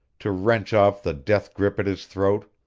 to wrench off the death-grip at his throat,